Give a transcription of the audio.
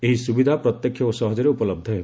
ଏହି ସୁବିଧା ପ୍ରତ୍ୟକ୍ଷ ଓ ସହଜରେ ଉପଲହ୍ଧ ହେବ